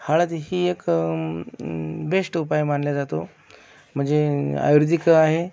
हळद ही एक बेष्ट उपाय मानला जातो म्हणजे आयुर्वेदिक आहे